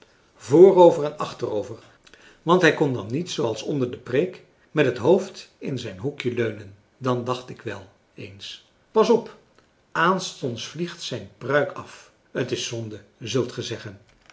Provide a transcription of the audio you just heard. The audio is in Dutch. vrover en achterover want hij kon dan niet zooals onder de preek met het hoofd in zijn hoekje leunen dan dacht ik wel eens pas op aanstonds vliegt zijn pruik af t is zonde zult ge zeggen